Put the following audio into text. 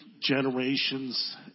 generations